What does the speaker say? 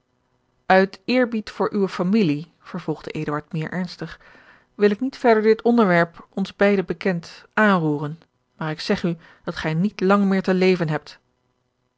uit eerbied voor uwe familie vervolgde eduard meer ernstig wil ik niet verder dit onderwerp ons beiden bekend aanroeren maar ik zeg u dat gij niet lang meer te leven hebt